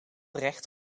recht